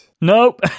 Nope